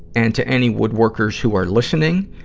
and to any woodworkers who are listening,